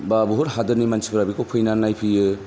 बा बुहुथ हादरनि मानसिफोरा बेखौ फैना नायफैयो